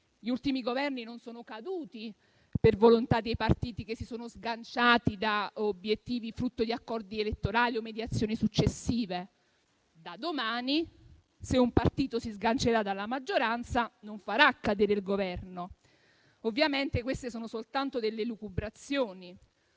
gli ultimi Governi non sono caduti per volontà dei partiti che si sono sganciati da obiettivi frutto di accordi elettorali o mediazioni successive. Da domani se un partito si sgancerà dalla maggioranza, non farà cadere il Governo. Ovviamente queste sono soltanto delle elucubrazioni.